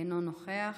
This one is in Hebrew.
אינו נוכח,